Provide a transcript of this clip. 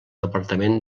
departament